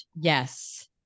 Yes